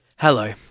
Hello